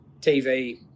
TV